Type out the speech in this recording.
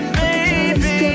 baby